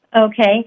Okay